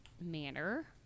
manner